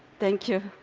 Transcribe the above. thank you.